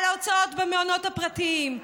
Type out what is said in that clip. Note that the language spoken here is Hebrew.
על ההוצאות במעונות הפרטיים,